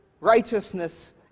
Righteousness